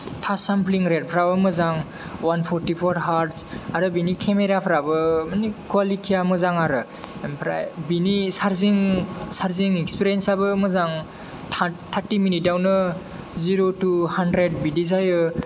तास sampling रेम फ्राबो मोजां अवान फर्तिफर हार्त्ज आरो बिनि केमेरा फ्राबो माने कुवालिटि या मोजां आरो ओमफ्राय बिनि सार्जिं एक्सपिरियेन्स आबो मोजां थार्ति मिनिट आवनो जिर' तु हान्द्रेद बिदि जायो